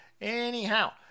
Anyhow